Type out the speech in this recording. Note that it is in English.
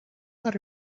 ought